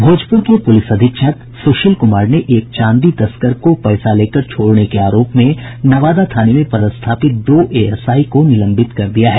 भोजपुर के पुलिस अधीक्षक सुशील कुमार ने एक चांदी तस्कर को पैसा लेकर छोड़ने के आरोप में नवादा थाने में पदस्थापित दो एएसआई को निलंबित कर दिया है